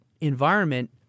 environment